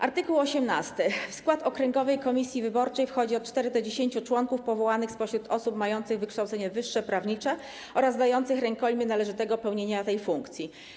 Art. 18 stanowi: W skład okręgowej komisji wyborczej wchodzi od 4 do 10 członków powołanych spośród osób mających wykształcenie wyższe prawnicze oraz dających rękojmię należytego pełnienia tej funkcji.